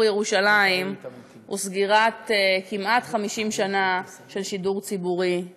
ירושלים היא סגירה של כמעט 50 שנה של שידור ציבורי בירושלים.